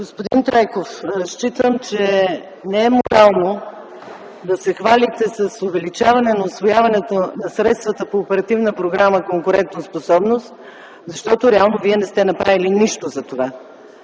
Господин Трайков, считам, че не е морално да се хвалите с увеличаване на усвояване на средствата по Оперативна програма „Конкурентоспособност”, защото реално Вие не сте направили нищо за това.